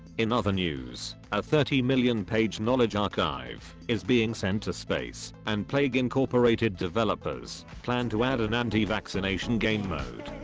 in other news, a thirty million page knowledge archive is being sent to space, and plague incorporated developers plan to add an anti-vaccination game mode.